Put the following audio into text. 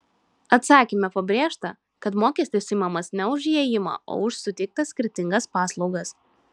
atsakyme pabrėžta kad mokestis imamas ne už įėjimą o už suteiktas skirtingas paslaugas